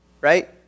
Right